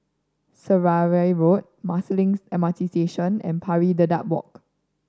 Seraya Road Marsiling M R T Station and Pari Dedap Walk